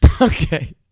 Okay